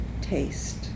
taste